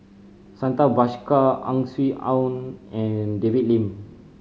Santha Bhaskar Ang Swee Aun and David Lim